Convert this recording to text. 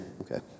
okay